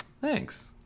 Thanks